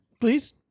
Please